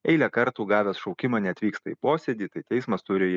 eilę kartų gavęs šaukimą neatvyksta į posėdį tai teismas turi